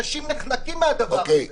אנשים נחנקים מהדבר הזה.